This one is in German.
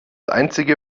einzige